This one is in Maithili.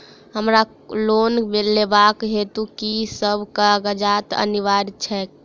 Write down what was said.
हमरा लोन लेबाक हेतु की सब कागजात अनिवार्य छैक?